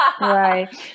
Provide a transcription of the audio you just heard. Right